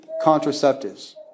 contraceptives